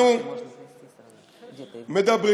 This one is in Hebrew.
אנחנו מדברים